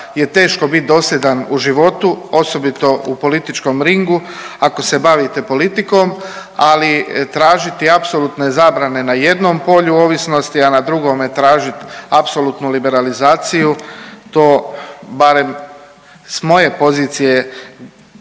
je teško biti dosljedan u životu osobito u političkom ringu ako se bavite politikom, ali tražiti apsolutne zabrane na jednom polju ovisnosti, a na drugome tražiti apsolutnu liberalizaciju to barem sa moje pozicije